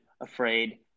afraid